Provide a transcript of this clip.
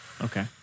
Okay